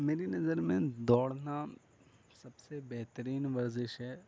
میری نظر میں دوڑنا سب سے بہترین ورزش ہے